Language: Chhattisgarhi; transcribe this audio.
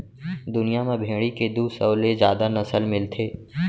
दुनिया म भेड़ी के दू सौ ले जादा नसल मिलथे